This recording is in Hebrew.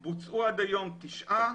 זהו, תודה רבה.